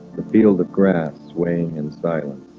the field of grass swaying and silence